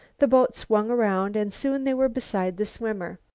the boat swung round and soon they were beside the swimmer.